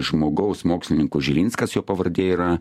žmogaus mokslininkų žilinskas jo pavardė yra